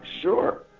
sure